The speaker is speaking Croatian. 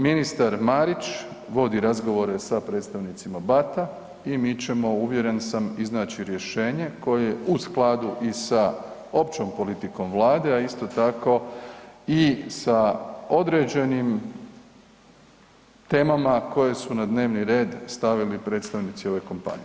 Ministar Marić vodi razgovore sa predstavnicima BAT-a i ćemo uvjeren sam iznaći rješenje koje je u skladu i sa općom politikom Vlade, a isto tako i sa određenim temama koje su na dnevni red stavili predstavnici ove kompanije.